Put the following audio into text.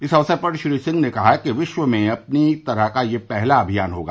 इस अवसर पर श्री सिंह ने कहा कि विश्व में अपनी तरह का यह पहला अमियान होगा